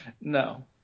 No